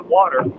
water